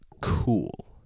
cool